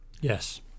Yes